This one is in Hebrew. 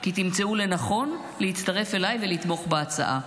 כי תמצאו לנכון להצטרף אליי ולתמוך בהצעה.